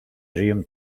dream